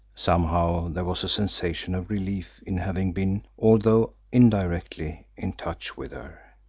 somehow, there was a sensation of relief in having been, although indirectly, in touch with her.